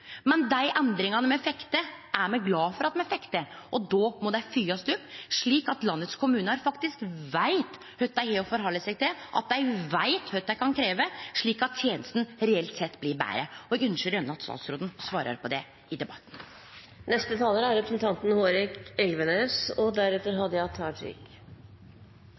Men dei endringane me fekk til, er me glade for at me fekk til, og då må dei følgjast opp, slik at kommunane i landet faktisk veit kva dei har å halde seg til, slik at dei veit kva dei kan krevje, slik at tenesta reelt sett blir betre. Eg ønskjer at statsråden svarer på det i debatten. Det er interessant at representanten